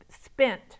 spent